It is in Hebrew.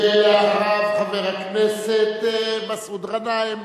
ואחריו, חבר הכנסת מסעוד גנאים.